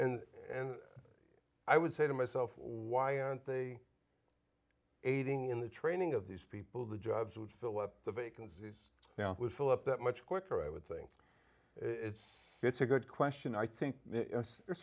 and i would say to myself why aren't they aiding in the training of these people the jobs would fill up the vacancies now would fill up that much quicker i would think it's it's a good question i think